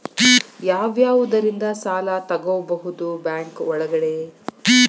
ಯಾವ್ಯಾವುದರಿಂದ ಸಾಲ ತಗೋಬಹುದು ಬ್ಯಾಂಕ್ ಒಳಗಡೆ?